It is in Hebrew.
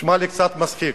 נשמע לי קצת מצחיק,